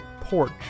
porch